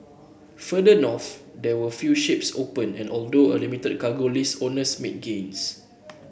further north there were few ships open and although a limited cargo list owners made gains